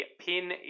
pin